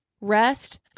rest